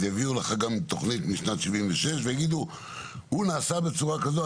אז יביאו לך גם תכנית משנת 76' ויגידו שהוא נעשה בצורה כזו,